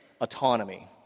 Autonomy